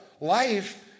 life